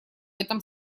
этом